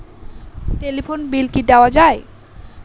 Telephone bill কি দেওয়া যায়?